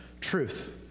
truth